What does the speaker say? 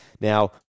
Now